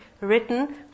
written